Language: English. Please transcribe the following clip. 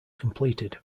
completed